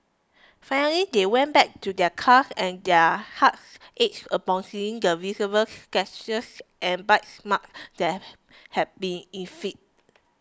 finally they went back to their car and their hearts ached upon seeing the visible scratches and bite marks that had been inflicted